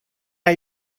are